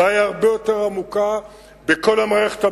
הבעיה היא הרבה יותר עמוקה בכל המערכת הבין-לאומית,